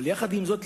עם זאת,